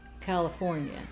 California